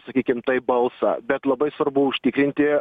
sakykim taip balsą bet labai svarbu užtikrinti